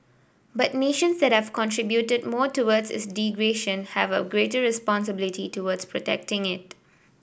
but nations that have contributed more towards its degradation have a greater responsibility towards protecting it